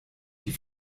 die